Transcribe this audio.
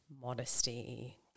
modesty